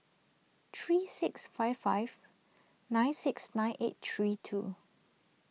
three six five five nine six nine eight three two